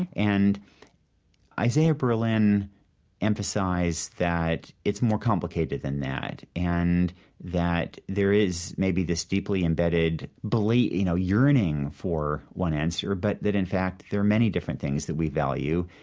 and isaiah berlin emphasized that it's more complicated than that and that there is maybe this deeply imbedded belief, you know, yearning for one answer, but that in fact there are many different things that we value.